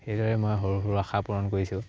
সেইদৰে মই সৰু সৰু আশা পূৰণ কৰিছোঁ